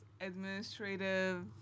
administrative